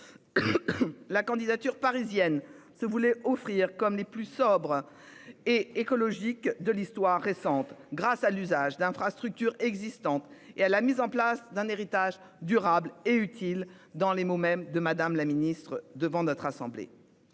La candidature parisienne se voulait offrir comme les plus sobre. Et écologique de l'histoire récente grâce à l'usage d'infrastructures existantes et à la mise en place d'un héritage durable et utile dans les mots mêmes de madame la Ministre devant notre assemblée.